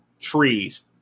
trees